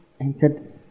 entered